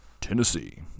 Tennessee